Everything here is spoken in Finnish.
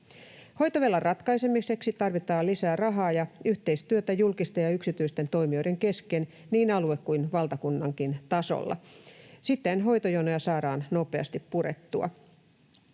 Hoitovelan ratkaisemiseksi tarvitaan lisää rahaa ja yhteistyötä julkisten ja yksityisten toimijoiden kesken niin aluetasolla kuin valtakunnankin tasolla. Siten hoitojonoja saadaan nopeasti purettua.